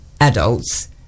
adults